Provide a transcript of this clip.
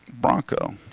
Bronco